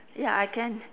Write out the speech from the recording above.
ya I can